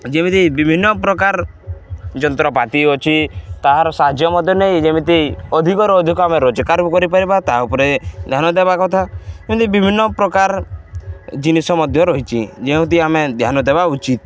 ଯେମିତି ବିଭିନ୍ନ ପ୍ରକାର ଯନ୍ତ୍ରପାତି ଅଛି ତାହାର ସାହାଯ୍ୟ ମଧ୍ୟ ନେଇ ଯେମିତି ଅଧିକରୁ ଅଧିକ ଆମେ ରୋଜଗାର ବି କରିପାରିବା ତା' ଉପରେ ଧ୍ୟାନ ଦେବା କଥା ଏମିତି ବିଭିନ୍ନ ପ୍ରକାର ଜିନିଷ ମଧ୍ୟ ରହିଛି ଯେଉଁଠି ଆମେ ଧ୍ୟାନ ଦେବା ଉଚିତ